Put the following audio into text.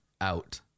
out